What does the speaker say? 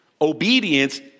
obedience